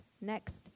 next